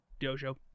dojo